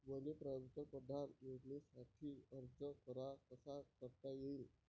मले पंतप्रधान योजनेसाठी अर्ज कसा कसा करता येईन?